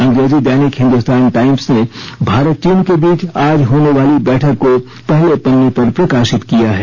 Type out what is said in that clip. अंग्रेजी दैनिक हिन्दुस्तान टाईम्स ने भारत चीन के बीच आज होने वाली बैठक को पहले पन्ने पर प्रकशित किया है